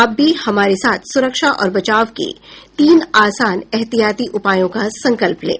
आप भी हमारे साथ सुरक्षा और बचाव के तीन आसान एहतियाती उपायों का संकल्प लें